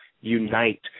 unite